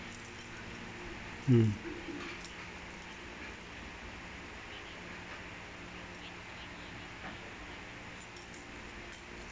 mm